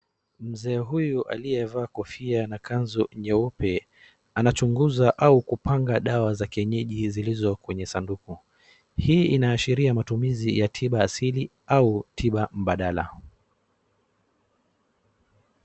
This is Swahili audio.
Mzee huyu aliyevaa kofia na kanzu nyeupe, anachunguza au kupanga dawa za kienyeji hizi zilizo kwenye sanduku. Hii inaashiria matumizi ya tiba asili au tiba mbadala.